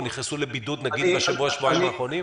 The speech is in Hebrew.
נכנסו לבידוד בשבוע-שבועיים האחרונים?